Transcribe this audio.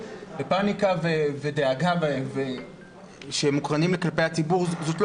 ופאניקה ודאגה שמוקרנים כלפי הציבור זו פשוט לא